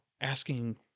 asking